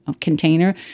container